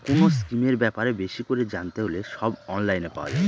কোনো স্কিমের ব্যাপারে বেশি করে জানতে হলে সব অনলাইনে পাওয়া যাবে